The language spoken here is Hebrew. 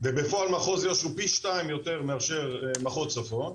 ובפועל מחוז יו"ש הוא פי שניים יותר מאשר מחוז צפון,